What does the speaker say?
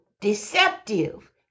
deceptive